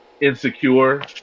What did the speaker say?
insecure